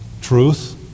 truth